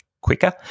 quicker